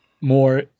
more